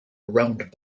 round